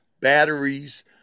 batteries